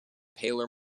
paler